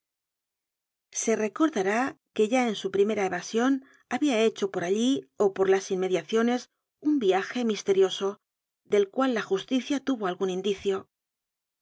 se recordará que ya en su primera evasion había hecho por allí ó por las inmediaciones un viaje misterioso del cual la justicia tuvo algun indicio